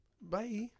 Bye